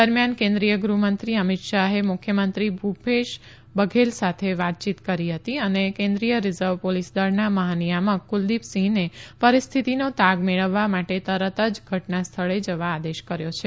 દરમિયાન કેન્દ્રીય ગૃહમંત્રી અમીત શાહે મુખ્યમંત્રી ભુપેશ બઘેલ સાથે વાતચીત કરી અને કેન્દ્રીય રીઝર્વ પોલીસ દળના મહાનિયામક કુલદીપસિંહને પરિસ્થિતિનો તાગ મેળવવા માટે તરત જ ઘટના સ્થળે જવા આદેશ કર્યો છે